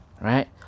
right